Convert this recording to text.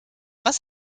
was